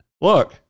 look